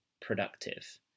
productive